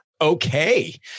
okay